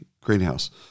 Greenhouse